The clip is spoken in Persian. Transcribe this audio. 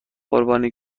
قربانی